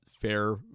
fair